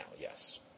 yes